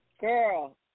girl